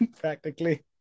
Practically